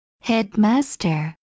headmaster